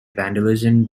vandalism